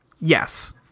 yes